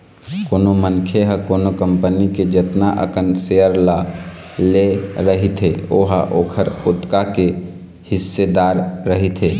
कोनो मनखे ह कोनो कंपनी के जतना अकन सेयर ल ले रहिथे ओहा ओखर ओतका के हिस्सेदार रहिथे